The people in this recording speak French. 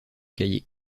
cahier